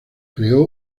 creó